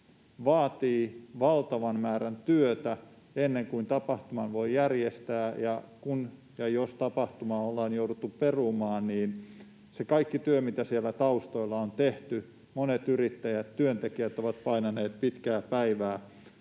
vaatii valtavan määrän työtä ennen kuin tapahtuman voi järjestää, ja jos ja kun tapahtuma ollaan jouduttu perumaan, niin se kaikki työ, mitä siellä taustoilla on tehty — monet yrittäjät ja työntekijät ovat painaneet pitkää päivää